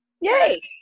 yay